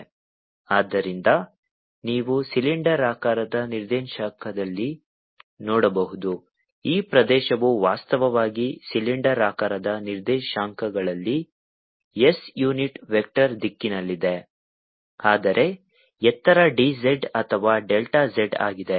Fxy2xi3yj ಆದ್ದರಿಂದ ನೀವು ಸಿಲಿಂಡರಾಕಾರದ ನಿರ್ದೇಶಾಂಕದಲ್ಲಿ ನೋಡಬಹುದು ಈ ಪ್ರದೇಶವು ವಾಸ್ತವವಾಗಿ ಸಿಲಿಂಡರಾಕಾರದ ನಿರ್ದೇಶಾಂಕಗಳಲ್ಲಿ s ಯುನಿಟ್ ವೆಕ್ಟರ್ ದಿಕ್ಕಿನಲ್ಲಿದೆ ಅದರ ಎತ್ತರ d z ಅಥವಾ delta z ಆಗಿದೆ